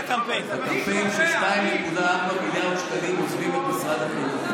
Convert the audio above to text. הקמפיין ש-2.4 מיליארד שקלים עוזבים את משרד החינוך.